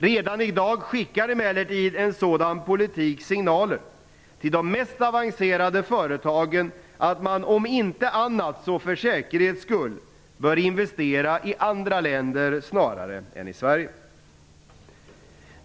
Redan i dag skickar emellertid en sådan politik signaler till de mest avancerade företagen att man, om än inte annat så för säkerhets skull, bör investera i andra länder än i Sverige.